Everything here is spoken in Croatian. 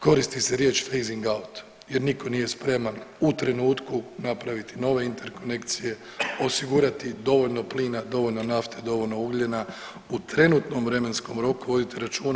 Koristi se riječ fasing-out jer nitko nije spreman u trenutku napraviti nove interkonekcije, osigurati dovoljno plina, dovoljno nafte, dovoljno ugljena u trenutnom vremenskom roku voditi računa.